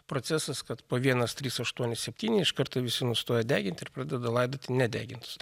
procesas kad po vienas trys aštuoni septyni iš karto visi nustoja deginti ir pradeda laidoti nedegintus